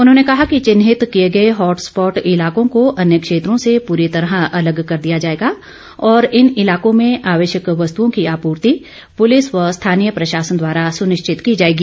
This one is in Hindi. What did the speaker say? उन्होंने कहा कि चिन्हित किए गए हॉटस्पॉट इलाकों को अन्य क्षेत्रों से पूरी तरह अलग कर दिया जाएगा और इन इलाकों में आवश्यक वस्तुओं की आपूर्ति पुलिस व स्थानीय प्रशासन द्वारा सुनिश्चित की जाएगी